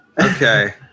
okay